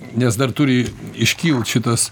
nes dar turi iškilt šitas